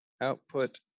Output